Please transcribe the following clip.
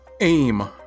aim